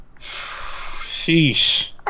Sheesh